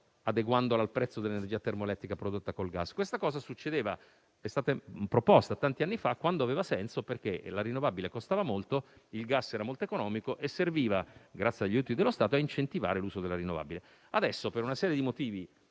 adeguandomi al prezzo dell'energia termoelettrica prodotta con il gas? Questa misura è stata proposta tanti anni fa quando aveva senso perché la rinnovabile costava molto e il gas era molto economico e quindi serviva, grazie agli utili dello Stato, a incentivare l'uso della rinnovabile. Adesso, per una serie di motivi